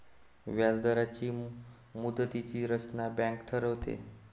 व्याजदरांची मुदतीची रचना बँक ठरवते